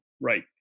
Right